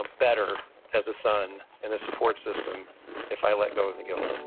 um better as a son in a support system if i let go of the guilt